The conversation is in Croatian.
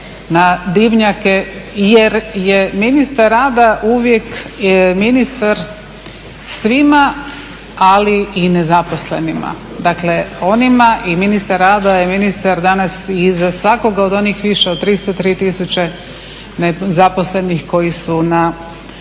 na dimnjake jer je ministar rada uvijek ministar svima, ali i nezaposlenima, dakle onima i ministar rada i ministar danas i za svakoga od onih više od 303 tisuće nezaposlenih koji su na